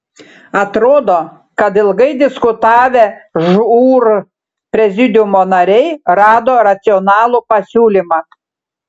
atrodo kad ilgai diskutavę žūr prezidiumo nariai rado racionalų pasiūlymą